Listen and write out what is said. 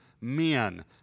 men